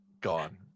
gone